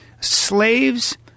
slaves